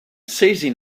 seizing